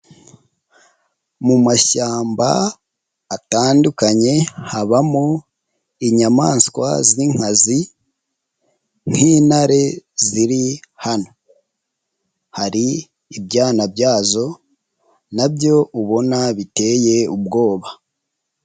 Mu mashyamba atandukanye habamo inyamaswa z'inkazi nk'intare ziri hano, hari ibyana byazo na byo ubona biteye ubwoba.